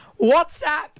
WhatsApp